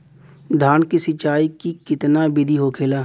धान की सिंचाई की कितना बिदी होखेला?